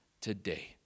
today